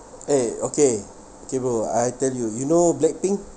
eh okay okay bro I tell you you know blackpink